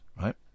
right